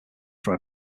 from